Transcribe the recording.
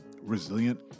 resilient